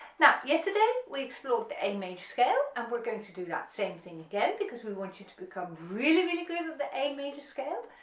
now, yesterday we explored the a major scale and we're going to do that same thing again because we want you to become really really good at the a major scale,